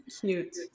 cute